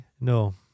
No